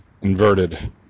inverted